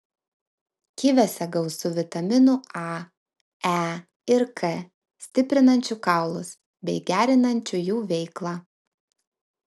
kiviuose gausu vitaminų a e ir k stiprinančių kaulus bei gerinančių jų veiklą